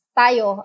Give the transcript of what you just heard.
tayo